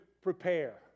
prepare